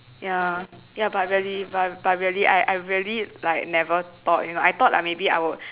ya ya but really but but really I I really like never thought you know I thought like maybe I would